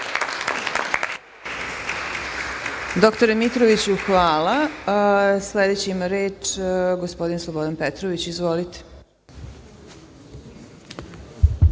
Doktore Mitroviću, hvala. Sledeći ima reč, gospodin Slobodan Petrović.